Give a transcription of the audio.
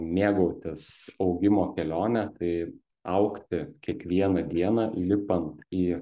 mėgautis augimo kelione tai augti kiekvieną dieną lipant į